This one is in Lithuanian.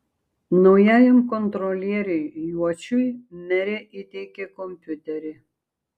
naujajam kontrolieriui juočiui merė įteikė kompiuterį